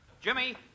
Jimmy